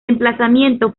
emplazamiento